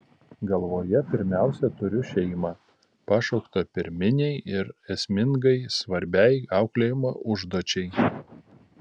galvoje pirmiausia turiu šeimą pašauktą pirminei ir esmingai svarbiai auklėjimo užduočiai